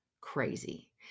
crazy